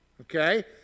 Okay